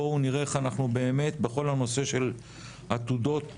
בואו נראה איך אנחנו באמת בכל הנושא של עתודות וגמישות,